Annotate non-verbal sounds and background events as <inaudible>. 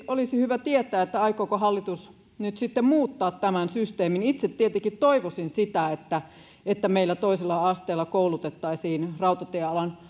olisi hyvä tietää aikooko hallitus nyt sitten muuttaa tämän systeemin itse tietenkin toivoisin sitä että että meillä toisella asteella koulutettaisiin rautatiealan <unintelligible>